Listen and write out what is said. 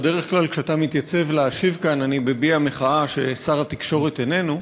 בדרך כלל כשאתה מתייצב להשיב כאן אני מביע מחאה ששר התקשורת איננו.